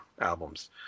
albums